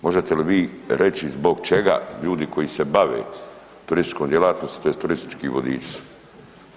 Možete li vi reći zbog čega ljudi koji se bave turističkom djelatnosti tj. turistički vodiči su.